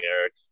Eric